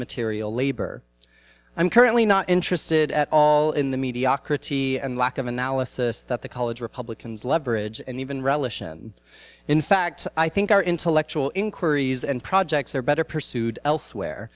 material labor i'm currently not interested at all in the mediocrity and lack of analysis that the college republicans leverage and even relish and in fact i think our intellectual inquiries and projects are better pursued elsewhere